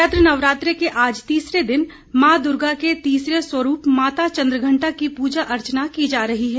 चैत्र नवरात्रे के आज तीसरे दिन मां दूर्गा के तीसरे स्वरूप माता चंद्रघंटा की पूजा अर्चना की जा रही है